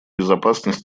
безопасность